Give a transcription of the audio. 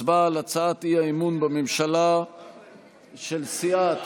הצבעה על הצעת האי-אמון בממשלה של סיעת